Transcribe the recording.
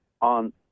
on